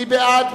מי בעד?